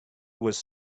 was